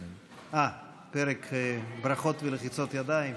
אה, פרק ברכות ולחיצות ידיים.